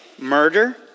murder